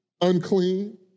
unclean